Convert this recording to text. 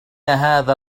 هذا